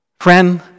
Friend